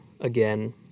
again